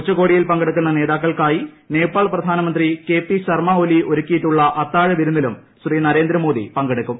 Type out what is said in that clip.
ഉച്ചകോടിയിൽ പങ്കെടുക്കുന്ന നേതാക്കൾക്കായി നേപ്പാൾ പ്രധാനമന്ത്രി കെ പി ശർമ്മ ഒലി ഒരുക്കിയിട്ടുള്ള അത്താഴവിരുന്നിലും ശ്രീ നരേന്ദ്രമോദി പങ്കെടുക്കും